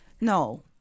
No